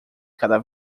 cada